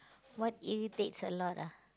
what irritates a lot ah